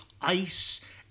ice